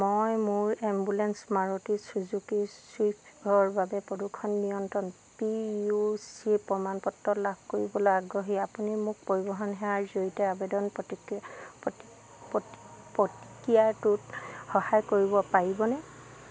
মই মোৰ ambulance Maruti Suzuki ছুইফ্টৰ বাবে প্ৰদূষণ নিয়ন্ত্ৰণ পি ইউ চি প্ৰমাণপত্ৰ লাভ কৰিবলৈ আগ্ৰহী আপুনি মোক পৰিবহণ সেৱাৰ জৰিয়তে আবেদন প্ৰক্ৰিয়াটোত সহায় কৰিব পাৰিবনে